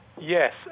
Yes